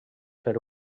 per